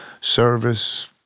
service